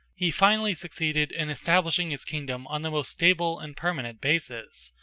he finally succeeded in establishing his kingdom on the most stable and permanent basis,